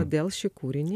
kodėl šį kūrinį